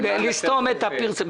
לסתום את הפרצה.